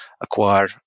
acquire